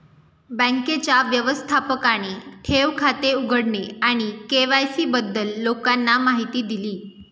बँकेच्या व्यवस्थापकाने ठेव खाते उघडणे आणि के.वाय.सी बद्दल लोकांना माहिती दिली